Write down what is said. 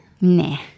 Nah